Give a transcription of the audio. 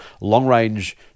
long-range